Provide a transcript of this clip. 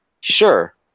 sure